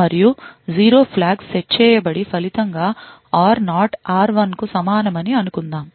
మరియు 0 flag set చేయబడి ఫలితంగా r0 r1 కు సమానమని అనుకుందాం